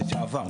לשעבר.